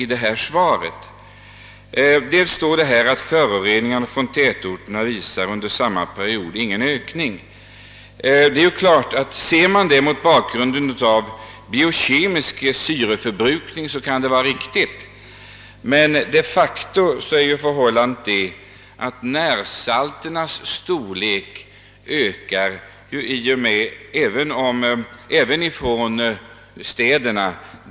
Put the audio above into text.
Justitieministern säger: »Föroreningarna från tätorterna visar under samma period ingen ökning.» Ser man detta mot bakgrunden av biokemisk syreförbrukning kan det givetvis vara riktigt, men de facto är förhållandet det att utsläppet av närsalter ökar även från städerna.